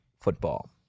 football